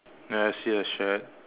ya I see a shed